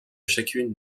chacune